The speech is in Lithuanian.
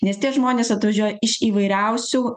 nes tie žmonės atvažiuoja iš įvairiausių